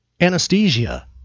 anesthesia